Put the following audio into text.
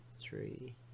three